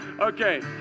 okay